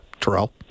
Terrell